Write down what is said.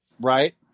Right